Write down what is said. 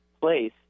place